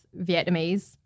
Vietnamese